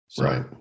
Right